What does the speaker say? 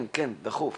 כן, דחוף.